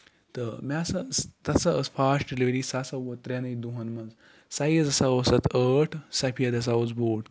تہٕ مےٚ ہسا ٲس تَتھ ہسا ٲسۍ فاسٹ ڈیلِؤری سۄ ہسا ووٚت تریٚنٕے دۄہَن منٛز سایِز ہسا اوس تَتھ ٲٹھ سَفید ہسا اوس بوٗٹھ